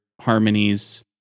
harmonies